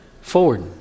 forward